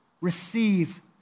receive